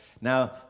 Now